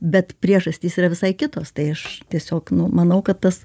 bet priežastys yra visai kitos tai aš tiesiog nu manau kad tas